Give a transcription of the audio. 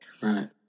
right